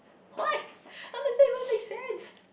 what how does that even make sense